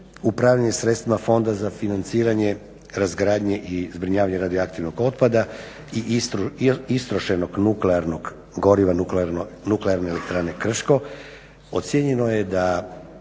upravljanje sredstvima Fonda za financiranje, razgradnje i zbrinjavanje radioaktivnog otpada i istrošenog nuklearnog goriva nuklearne elektrane Krško ocijenjeno je da